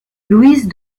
louise